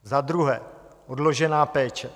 Za druhé odložená péče.